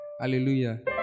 Hallelujah